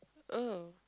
oh